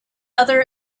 other